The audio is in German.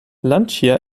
lancia